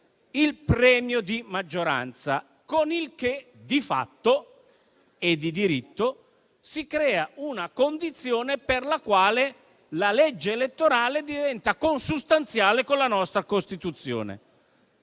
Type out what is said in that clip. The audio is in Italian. il premio di maggioranza con il che, di fatto e di diritto, si crea una condizione per la quale la legge elettorale diventa consustanziale con la nostra Costituzione.